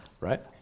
right